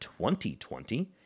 2020